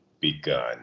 begun